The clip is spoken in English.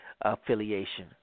affiliation